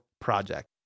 project